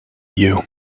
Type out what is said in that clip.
you